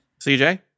CJ